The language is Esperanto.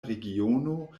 regiono